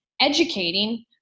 educating